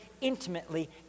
intimately